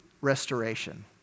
restoration